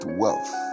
wealth